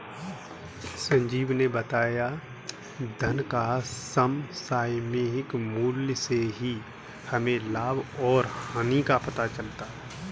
संजीत ने बताया धन का समसामयिक मूल्य से ही हमें लाभ और हानि का पता चलता है